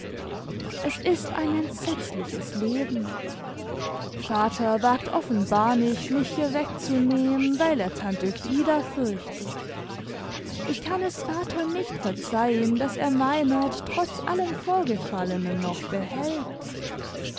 es ist ein entsetzliches leben vater wagt offenbar nicht mich hier wegzunehmen weil er tante frieda fürchtet ich kann es vater nicht verzeihen daß er meinert trotz allem vorgefallenen noch behält